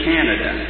Canada